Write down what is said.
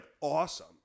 awesome